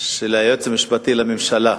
של היועץ המשפטי לממשלה,